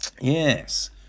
Yes